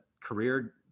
career